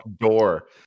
door